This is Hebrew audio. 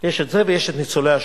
יש את זה ויש ניצולי השואה,